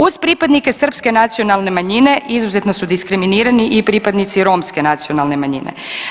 Uz pripadnike srpske nacionalne manjine izuzetno su diskriminirani i pripadnici romske nacionalne manjine.